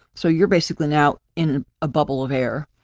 so you're basically now in a bubble of air.